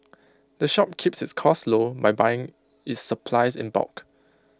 the shop keeps its costs low by buying its supplies in bulk